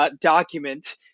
document